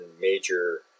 major